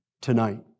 tonight